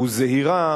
וזהירה